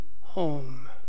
home